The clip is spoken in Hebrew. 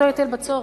אותו היטל בצורת,